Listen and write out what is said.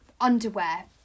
underwear